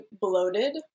bloated